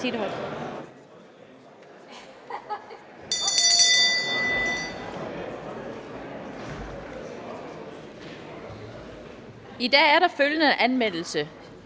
I dag er der følgende anmeldelse: